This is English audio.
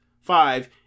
five